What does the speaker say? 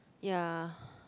ya